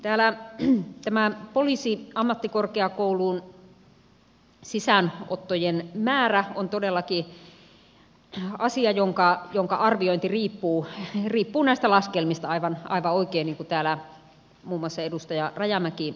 täällä tämä poliisiammattikorkeakoulun sisäänottojen määrä on todellakin asia jonka arviointi riippuu näistä laskelmista aivan oikein niin kuin täällä muun muassa edustaja rajamäki totesi